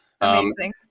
Amazing